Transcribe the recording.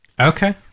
Okay